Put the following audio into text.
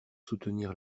soutenir